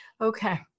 Okay